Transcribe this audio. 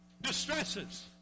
Distresses